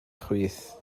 chwith